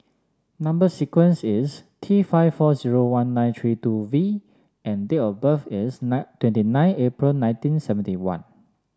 number sequence is T five four zero one nine three two V and date of birth is nine twenty nine April nineteen seventy one